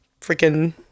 freaking